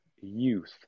youth